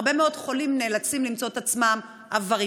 הרבה מאוד חולים נאלצים למצוא את עצמם עבריינים